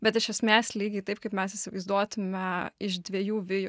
bet iš esmės lygiai taip kaip mes įsivaizduotume iš dviejų vijų